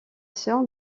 sœur